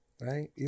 Right